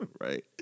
Right